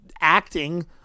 acting